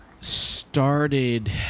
started